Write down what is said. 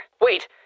Wait